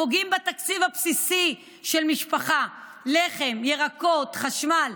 פוגעים בתקציב הבסיסי של משפחה: לחם, ירקות, חשמל.